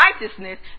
righteousness